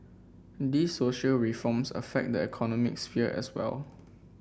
these social reforms affect the economic sphere as well